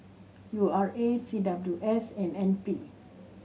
U R A C W S and N P